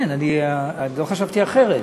כן, לא חשבתי אחרת.